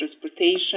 transportation